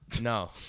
No